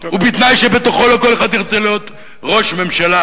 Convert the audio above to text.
ובתנאי שבתוכו לא כל אחד ירצה להיות ראש ממשלה,